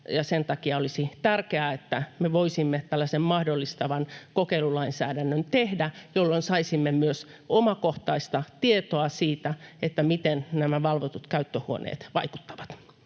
sen takia olisi tärkeää, että me voisimme tällaisen mahdollistavan kokeilulainsäädännön tehdä, jolloin saisimme myös omakohtaista tietoa siitä, miten nämä valvotut käyttöhuoneet vaikuttavat.